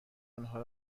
آنها